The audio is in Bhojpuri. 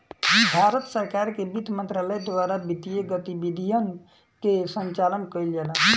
भारत सरकार के बित्त मंत्रालय द्वारा वित्तीय गतिविधियन के संचालन कईल जाला